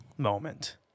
moment